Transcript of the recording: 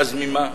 אז ממה?